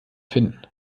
finden